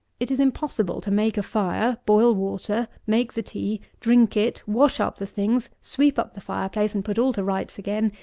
it is impossible to make a fire, boil water, make the tea, drink it, wash up the things, sweep up the fire-place, and put all to rights again,